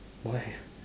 why